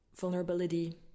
vulnerability